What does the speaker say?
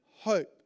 hope